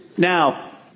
Now